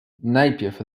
najpierw